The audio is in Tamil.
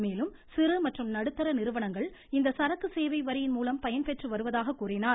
மேலும் சிறு மற்றும் நடுத்தர நிறுவனங்கள் இந்த சரக்கு சேவைவரியின் மூலம் பயன்பெற்று வருவதாக கூறினார்